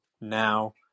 now